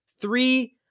Three